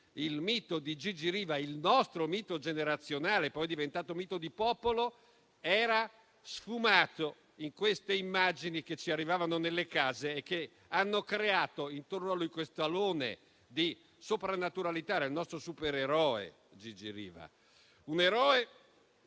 il mito di Gigi Riva, il nostro mito generazionale, poi diventato mito di popolo, era sfumato in quelle immagini che ci arrivavano nelle case e che hanno creato intorno a lui un alone di soprannaturalità: era il nostro supereroe, Gigi Riva; un eroe